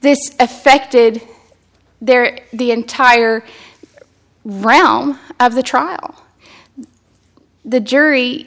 this affected their the entire round of the trial the jury